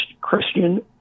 Christian